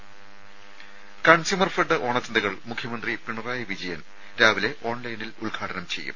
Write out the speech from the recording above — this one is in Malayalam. രുര കൺസ്യൂമർ ഫെഡ് ഓണച്ചന്തകൾ മുഖ്യമന്ത്രി പിണറായി വിജയൻ രാവിലെ ഓൺലൈനായി ഉദ്ഘാടനം ചെയ്യും